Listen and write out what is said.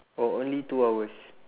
or only two hours